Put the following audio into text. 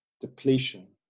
depletion